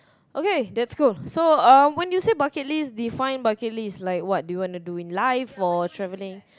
okay that's cool so um when you say bucket list define bucket list like what do you want to do in life for travelling